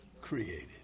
created